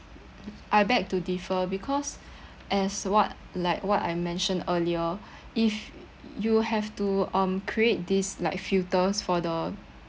I beg to differ because as what like what I mentioned earlier if you have to um create this like filters for the